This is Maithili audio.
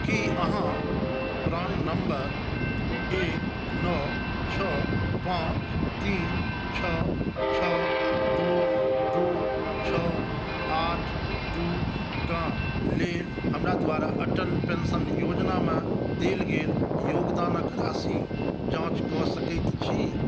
की अहाँ प्राण नम्बर एक नओ छओ पांँच तीन छओ छओ दू दू छओ आठ दू कऽ लेल हमरा द्वारा अटल पेंशन योजनामे देल गेल योगदानके राशि जाँच कऽ सकैत छी